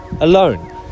alone